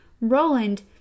Roland